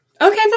Okay